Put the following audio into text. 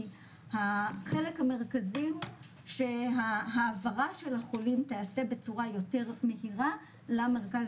כי החלק המרכזי שההעברה של החולים תעשה בצורה יותר מהירה למרכז